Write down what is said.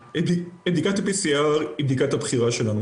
בדיקת PCR היא בדיקת הבחירה שלנו,